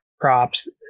crops